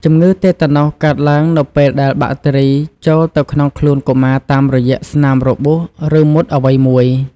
ជម្ងឺតេតាណូសកើតឡើងនៅពេលដែលបាក់តេរីចូលទៅក្នុងខ្លួនកុមារតាមរយៈស្នាមរបួស ឬមុតអ្វីមួយ។